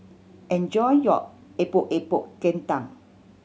enjoy your Epok Epok Kentang